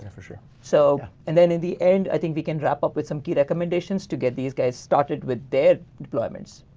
and for sure. so, and then in the end i think we can wrap up with some key recommendations to get these guys started with their deployments.